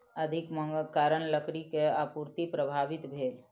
अधिक मांगक कारण लकड़ी के आपूर्ति प्रभावित भेल